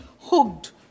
hooked